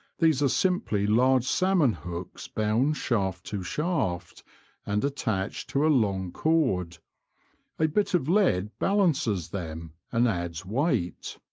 these are simply large salmon hooks bound shaft to shaft and attached to a long cord a bit of lead balances them and adds weight.